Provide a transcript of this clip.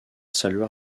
salua